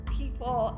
people